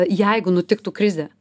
jeigu nutiktų krizė